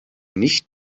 nicht